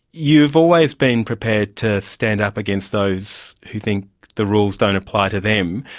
you've always been prepared to stand up against those who think the rules don't apply to them.